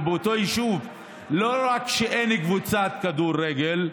ובאותו יישוב לא רק שאין לי קבוצת כדורגל,